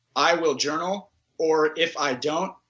i will journal or if i don't,